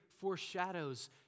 foreshadows